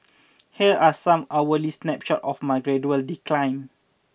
here are some hourly snapshots of my gradual decline